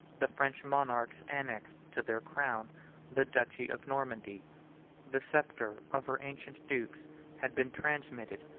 the french monarchs annexed to their crown the duchy of normandy the sceptre of her ancient dukes had been transmitted,